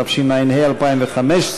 התשע"ה 2015,